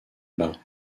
bas